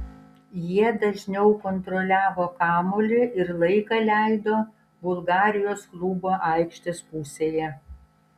jie dažniau kontroliavo kamuolį ir laiką leido bulgarijos klubo aikštės pusėje